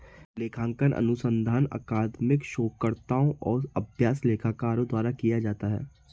लेखांकन अनुसंधान अकादमिक शोधकर्ताओं और अभ्यास लेखाकारों द्वारा किया जाता है